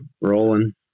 Rolling